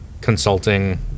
consulting